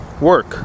work